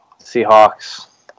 Seahawks